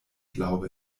glaube